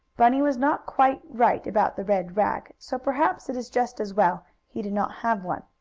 bunny was not quite right about the red rag, so perhaps it is just as well he did not have one.